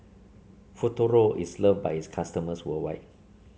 Futuro is loved by its customers worldwide